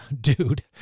dude